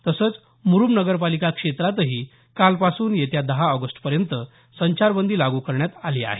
तसंच मुरूम नगरपालिका क्षेत्रातही कालपासून येत्या दहा ऑगस्टपर्यंत संचारबंदी लागू करण्यात आली आहे